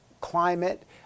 climate